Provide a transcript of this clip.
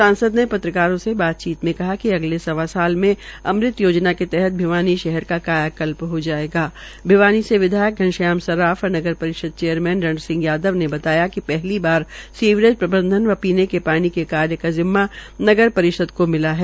सांसद ने पत्रकारों से बातचीत में कहा कि अगले सवा साल मे अमृत योजना के तहत भिवानी से विधायक घनश्याम सरार्फ व नगर परिषद चेयरमैन रण सिंह यादव ने बताया कि पहली बार सीवरेज प्रबंधन व पीने के पानी को कार्य का जिम्मा नगर परिषद को मिला है